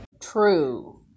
True